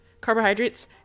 carbohydrates